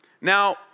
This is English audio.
Now